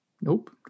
Nope